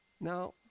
Now